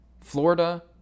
Florida